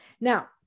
Now